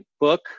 book